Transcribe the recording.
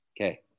Okay